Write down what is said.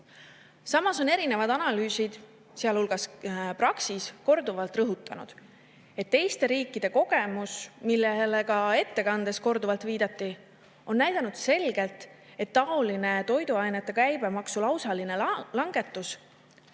Samas on erinevad analüüsid, sealhulgas Praxis, korduvalt rõhutanud, et teiste riikide kogemus, millele ka ettekandes korduvalt viidati, on näidanud selgelt, et taoline toiduainete käibemaksu lausaline langetus